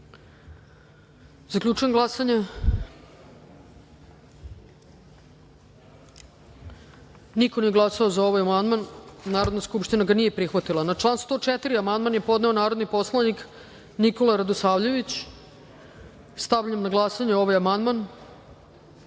glasanje. Zaključujem glasanje: niko nije glasao za ovaj amandman. Narodna skupština ga nije prihvatila. Na član 131. amandman je podneo narodni poslanik Nikola Radosavljević. Stavljam na glasanje ovaj